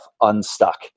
unstuck